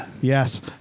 Yes